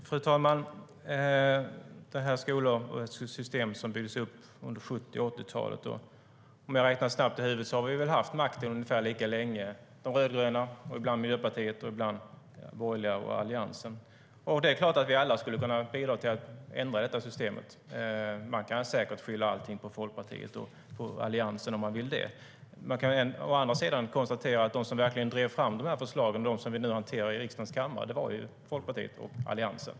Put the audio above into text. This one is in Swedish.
Fru talman! Detta skolsystem byggdes upp under 70 och 80-talen. Om jag räknar snabbt i huvudet tror jag att vi har haft makten ungefär lika länge - de rödgröna, ibland Miljöpartiet, ibland de borgerliga och Alliansen. Det är klart att vi alla skulle kunna bidra till att ändra detta system. Man kan säkert skylla allting på Folkpartiet och Alliansen om man vill det. Å andra sidan kan jag konstatera att de som verkligen drev fram de förslag som vi nu hanterar i riksdagens kammare var Folkpartiet och Alliansen.